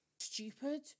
stupid